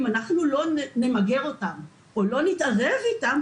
אם אנחנו לא נמגר אותם או לא נתערב בהם,